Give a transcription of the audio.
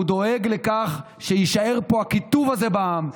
הוא דואג לכך שיישאר פה הקיטוב הזה בעם,